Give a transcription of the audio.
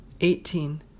Eighteen